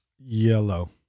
Yellow